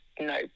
no